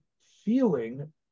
feeling